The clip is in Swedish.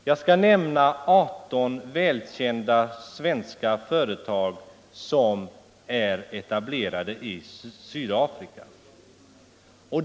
Jag skall nämna 18 välkända svenska företag som är etablerade i Sydafrika.